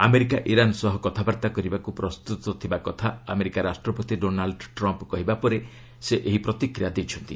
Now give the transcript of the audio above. America Iran ସହ କଥାବାର୍ତ୍ତା କରିବାକୁ ପ୍ରସ୍ତୁତ ଥିବା କଥା ଆମେରିକା ରାଷ୍ଟ୍ରପତି ଡୋନାଲ୍ଚ ଟ୍ରମ୍ପ୍ କହିବା ପରେ ସେ ଏହି ପ୍ରତିକ୍ରିୟା ଦେଇଛନ୍ତି